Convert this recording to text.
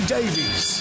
Davies